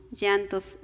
llantos